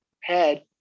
head